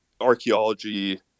archaeology